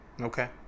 Okay